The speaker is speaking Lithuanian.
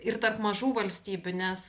ir tarp mažų valstybių nes